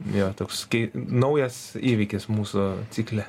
jo toks kei naujas įvykis mūsų cikle